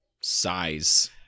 size